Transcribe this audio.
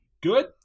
Good